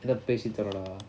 பேசிதொலைடா:pesi tholaida